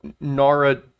Nara